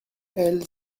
elle